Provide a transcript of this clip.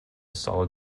solid